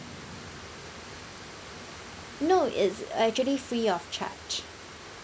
no it's actually free of charge